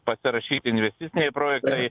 pasirašyti investiciniai projektai